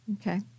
okay